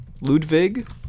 Ludwig